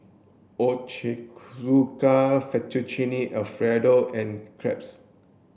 Ochazuke Fettuccine Alfredo and Crepe's